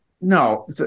No